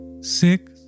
six